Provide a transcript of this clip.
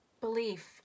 Belief